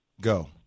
Go